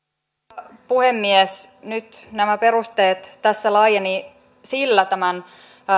arvoisa herra puhemies nyt nämä perusteet tässä laajenivat sillä tämän